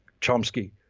Chomsky